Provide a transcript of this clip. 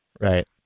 right